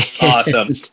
Awesome